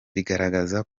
bigaragaza